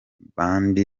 band